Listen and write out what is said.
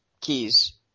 keys